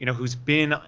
you know who's been,